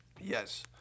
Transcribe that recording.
Yes